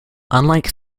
unlike